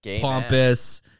pompous